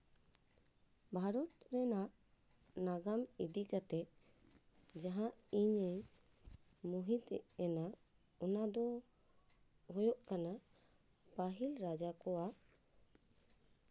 ᱵᱷᱟᱨᱚᱛ ᱨᱮᱱᱟᱜ ᱱᱟᱜᱟᱢ ᱤᱫᱤ ᱠᱟᱛᱮᱜ ᱡᱟᱦᱟᱸ ᱤᱧᱤᱧ ᱢᱚᱦᱤᱛ ᱮᱱᱟ ᱚᱱᱟ ᱫᱚ ᱦᱩᱭᱩᱜ ᱠᱟᱱᱟ ᱯᱟᱹᱦᱤᱞ ᱨᱟᱡᱟ ᱠᱚᱣᱟᱜ